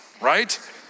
right